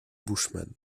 bushman